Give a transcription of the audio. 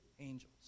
angels